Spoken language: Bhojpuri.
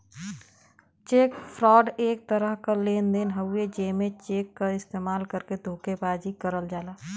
चेक फ्रॉड एक तरह क लेन देन हउवे जेमे चेक क इस्तेमाल करके धोखेबाजी करल जाला